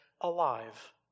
alive